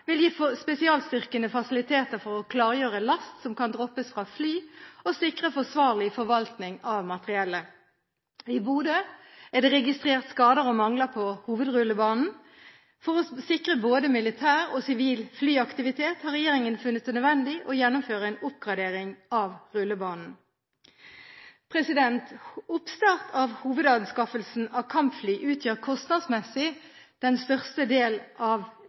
vil gi spesialstyrkene fasiliteter for å klargjøre last som kan droppes fra fly og sikrer forsvarlig forvaltning av materiellet. I Bodø er det registrert skader og mangler på hovedrullebanen. For å sikre både militær og sivil flyaktivitet har regjeringen funnet det nødvendig å gjennomføre en oppgradering av rullebanen. Oppstart av hovedanskaffelsen av kampfly utgjør kostnadsmessig den største delen av